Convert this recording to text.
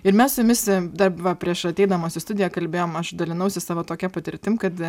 ir mes su jumis dar va prieš ateidamos į studiją kalbėjom aš dalinausi savo tokia patirtim kad